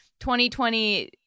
2020